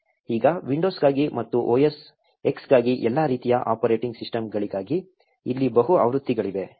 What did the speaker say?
ಈಗ ವಿಂಡೋಸ್ಗಾಗಿ ಮತ್ತು OS X ಗಾಗಿ ಎಲ್ಲಾ ರೀತಿಯ ಆಪರೇಟಿಂಗ್ ಸಿಸ್ಟಮ್ಗಳಿಗಾಗಿ ಇಲ್ಲಿ ಬಹು ಆವೃತ್ತಿಗಳಿವೆ